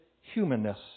humanness